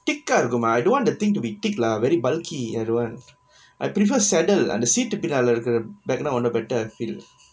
thick கா இருக்குமே:kaa irukkumae I don't want the thing to be thick lah very bulky I don't want I prefer saddle அந்த:antha seat டு பின்னால இருக்கற:du pinnaala irukkurra bag னா இன்னும்:naa innum better I feel